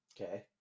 Okay